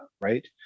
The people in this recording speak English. right